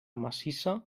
massissa